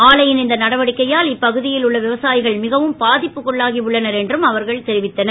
ஆலையின் இந்த நடவடிக்கையால் அப்பகுதியில் உள்ள விவசாயிகள் மிகவும் பாதிப்புக்குள்ளாகி உள்ளனர் என்று தெரிவித்தனர்